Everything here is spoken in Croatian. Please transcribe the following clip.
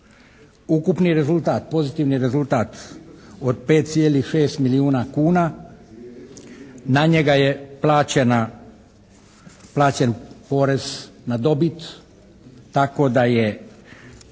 Ukupni rezultat, pozitivni rezultat od 5,6 milijuna kuna, na njega je plaćen porez na dobit tako da je